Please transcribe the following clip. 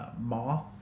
Moth